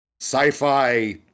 sci-fi